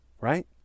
right